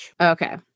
okay